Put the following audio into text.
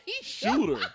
Shooter